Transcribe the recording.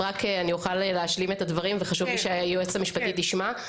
אוכל להשלים את הדברים וחשוב לי שהיועצת המשפטית תשמע אותם.